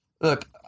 look